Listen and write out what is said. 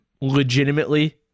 legitimately